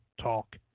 talk